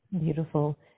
Beautiful